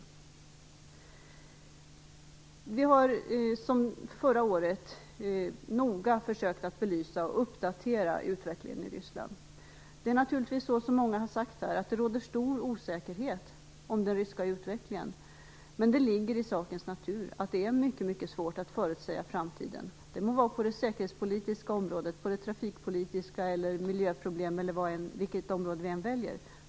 Vi har liksom förra året noga försökt att belysa och uppdatera utvecklingen i Ryssland. Det är naturligtvis som många här har sagt, dvs. att det råder stor osäkerhet om den ryska utvecklingen. Men det ligger i sakens natur att det är mycket svårt att förutsäga framtiden, det må gälla säkerhetspolitik, trafikpolitik, miljöpolitik, osv.